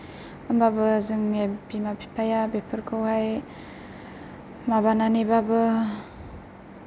होमबाबो जोंनि बिमा बिफाया बेफोरखौहाय माबानानैबाबो